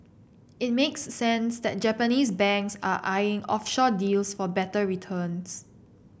it makes sense that Japanese banks are eyeing offshore deals for better returns